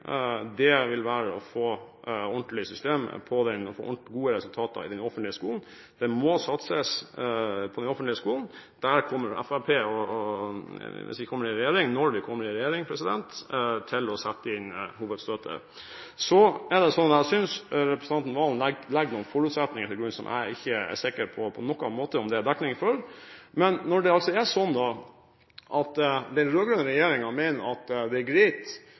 regjering vil være å få ordentlig system på og gode resultater i den offentlige skolen. Det må satses på den offentlige skolen, og der kommer Fremskrittspartiet, når vi kommer i regjering, til å sette inn hovedstøtet. Jeg synes representanten Serigstad Valen legger noen forutsetninger til grunn som jeg ikke er sikker på at det på noen måte er dekning for. Det er sånn at den rød-grønne regjeringen mener at det er greit